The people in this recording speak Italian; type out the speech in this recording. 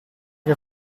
che